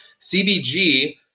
CBG